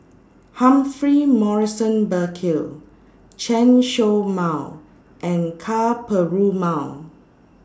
Humphrey Morrison Burkill Chen Show Mao and Ka Perumal